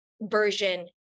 version